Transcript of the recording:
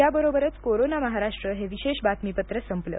याबरोबरच कोरोना महाराष्ट्र हे विशेष बातमीपत्र संपलं